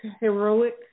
heroic